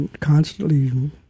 constantly